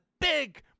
big